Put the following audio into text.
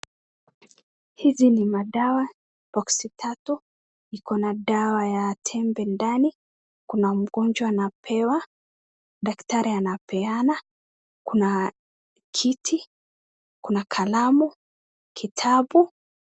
Hizi ni madawa boksi tatu, iko na dawa ya tembe ndani. Kuna mgonjwa anapewa, daktari anapeana. Kuna kiti, kuna kalamu, kitabu.